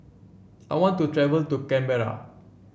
I want to travel to Canberra